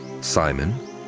Simon